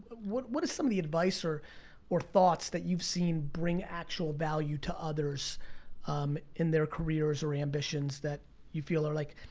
what what is some of the advice, or or thoughts, that you've seen bring actual value to others in their careers or ambitions that you feel are like,